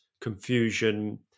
confusion